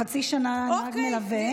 חצי שנה עם נהג מלווה.